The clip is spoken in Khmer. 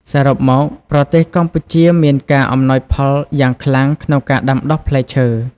សរុបមក ប្រទេសកម្ពុជាមានការអំណោយផលយ៉ាងខ្លាំងក្នុងការដាំដុះផ្លែឈើ។